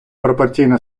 пропорційна